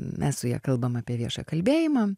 mes su ja kalbam apie viešą kalbėjimą